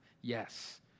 Yes